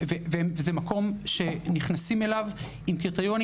וזה מקום שנכנסים אליו עם קריטריונים